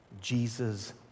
Jesus